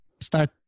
start